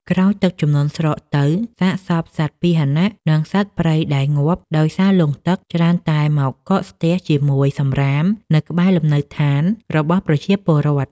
ក្រោយទឹកជំនន់ស្រកទៅ សាកសពសត្វពាហនៈ និងសត្វព្រៃដែលងាប់ដោយសារលង់ទឹក ច្រើនតែមកកកស្ទះជាមួយសម្រាមនៅក្បែរលំនៅឋានរបស់ប្រជាពលរដ្ឋ។